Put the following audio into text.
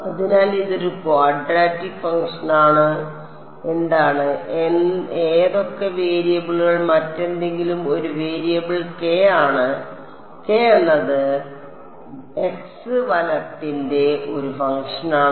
അതിനാൽ ഇതൊരു ക്വാഡ്രാറ്റിക് ഫംഗ്ഷനാണ് എന്താണ് ഏതൊക്കെ വേരിയബിളുകൾ മറ്റെന്തെങ്കിലും ഒരു വേരിയബിൾ k ആണ് k എന്നത് x വലത്തിന്റെ ഒരു ഫംഗ്ഷനാണ്